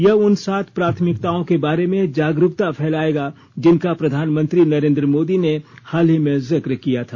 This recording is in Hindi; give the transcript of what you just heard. यह उन सात प्राथमिकताओं के बारे में जागरूकता फैलाएगा जिनका प्रधानमंत्री नरेंद्र मोदी ने हाल ही में जिक्र किया था